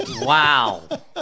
Wow